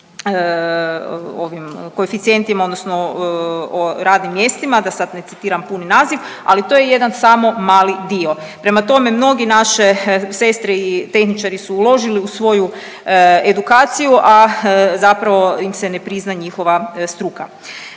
koeficijentima odnosno o radnim mjestima, da sad ne citiram puni naziv, ali to je jedan samo mali dio. Prema tome, mnogi naše sestre i tehničari su uložili u svoju edukaciju, a zapravo im se ne prizna njihova struka.